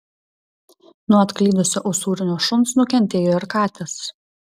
nuo atklydusio usūrinio šuns nukentėjo ir katės